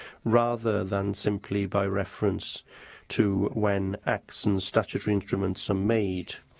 rather than simply by reference to when acts and statutory instruments are made.